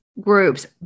groups